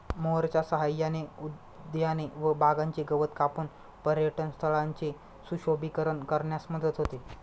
मोअरच्या सहाय्याने उद्याने व बागांचे गवत कापून पर्यटनस्थळांचे सुशोभीकरण करण्यास मदत होते